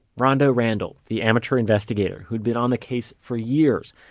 ronda randall, the amateur investigator who had been on the case for years,